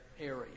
area